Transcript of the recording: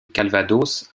calvados